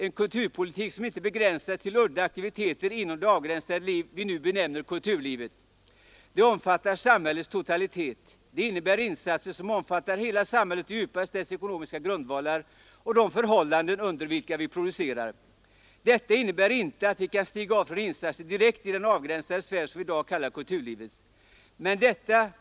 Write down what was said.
En kulturpolitik kan inte begränsas till udda aktiviteter inom det avgränsade liv vi nu benämner kulturlivet. Den omfattar samhällets totalitet. Det innebär insatser som omfattar hela samhället och djupast dess ekonomiska grundvalar och de förhållanden under vilka vi producerar. Detta innebär inte att vi kan stiga av från insatser direkt i den avgränsade sfär som vi i dag kallar kulturlivet.